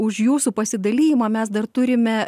už jūsų pasidalijimą mes dar turime